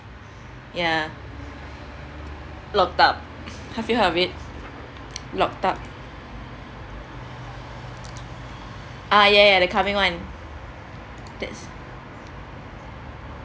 yeah locked up have you heard of it locked up ah ya ya the coming one that's